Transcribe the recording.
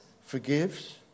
Forgives